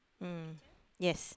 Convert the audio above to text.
um yes